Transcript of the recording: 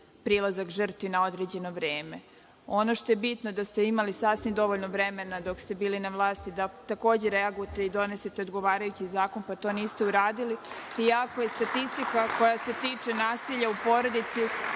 prilazak žrtvi na određeno vreme? Ono što je bitno jeste da ste imali sasvim dovoljno vremena dok ste bili na vlasti da takođe reagujete i donesete odgovarajući zakon, pa to niste uradili iako je statistika koja se tiče nasilja u porodici